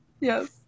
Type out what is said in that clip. yes